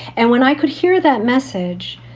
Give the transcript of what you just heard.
and when i could hear that message,